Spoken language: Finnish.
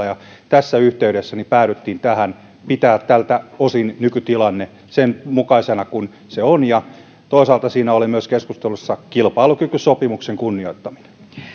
ja tässä yhteydessä päädyttiin tähän pitää tältä osin nykytilanne sen mukaisena kuin se on toisaalta siinä oli myös keskustelussa kilpailukykysopimuksen kunnioittaminen